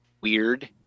weird